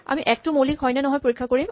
আমি একটো মৌলিক হয় নে নহয় পৰীক্ষা কৰিম